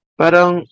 parang